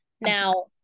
Now